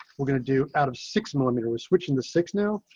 we're going to do out of six millimeter we're switching the six now.